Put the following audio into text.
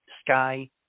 sky